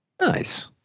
Nice